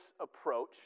approach